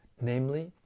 namely